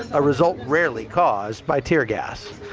a result rarely caused by tear gas.